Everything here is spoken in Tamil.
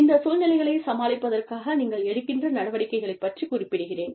இந்த சூழ்நிலைகளைச் சமாளிப்பதற்காக நீங்கள் எடுக்கின்ற நடவடிக்கைகளைப் பற்றிக் குறிப்பிடுகிறேன்